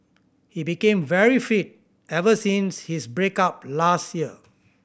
he became very fit ever since his break up last year